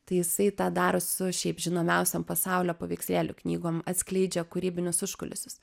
tai jisai tą daro su šiaip žinomiausiom pasaulio paveikslėlių knygom atskleidžia kūrybinius užkulisius